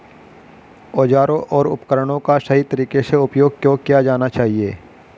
औजारों और उपकरणों का सही तरीके से उपयोग क्यों किया जाना चाहिए?